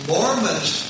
Mormons